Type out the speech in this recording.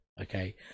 Okay